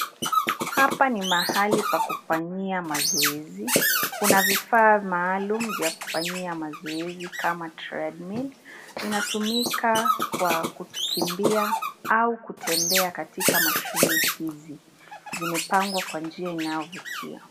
Hapa ni mahali pa kufanyia mazoezi. Kuna vifaa maalum vya kufanyia mazoezi kama treadmill . Inatumika kwa kukimbia au kutembea katika mashine hizi. Zimepangwa kwa njia inayovutia.